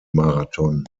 marathon